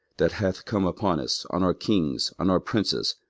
that hath come upon us, on our kings, on our princes,